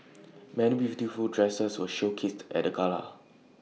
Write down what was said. many beautiful dresses were showcased at the gala